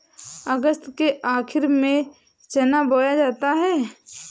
अगस्त के आखिर में चना बोया जाता है